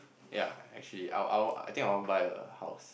ya actually I'll I'll I think I want to buy a house